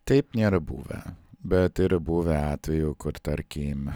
taip nėra buvę bet yra buvę atvejų kur tarkim